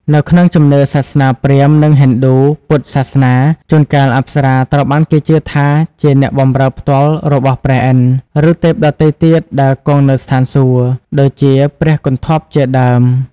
នៅក្នុងជំនឿសាសនាព្រាហ្មណ៍ និងឥណ្ឌូ ពុទ្ធសាសនា ជួនកាលអប្សរាត្រូវបានគេជឿថាជាអ្នកបំរើផ្ទាល់របស់ព្រះឥន្ទ្រ ឬទេពដទៃទៀតដែលគង់នៅស្ថានសួគ៌ ដូចជាព្រះគន្ធព្វជាដើម។